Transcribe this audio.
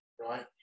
right